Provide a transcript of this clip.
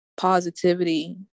positivity